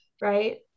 Right